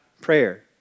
prayer